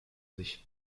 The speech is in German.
sich